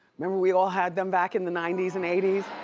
remember we all had them back in the ninety s and eighty s?